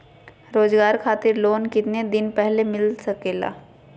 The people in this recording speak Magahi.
रोजगार खातिर लोन कितने दिन पहले मिलता सके ला?